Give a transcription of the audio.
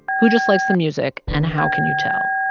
who just likes the music, and how can you tell?